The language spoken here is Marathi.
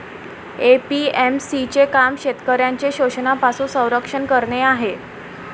ए.पी.एम.सी चे काम शेतकऱ्यांचे शोषणापासून संरक्षण करणे आहे